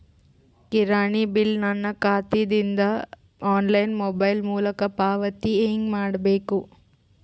ಕಿರಾಣಿ ಬಿಲ್ ನನ್ನ ಖಾತಾ ದಿಂದ ಆನ್ಲೈನ್ ಮೊಬೈಲ್ ಮೊಲಕ ಪಾವತಿ ಹೆಂಗ್ ಮಾಡಬೇಕು?